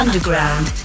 Underground